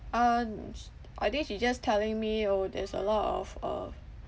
uh I think she just telling me orh there's a lot of uh